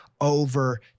Over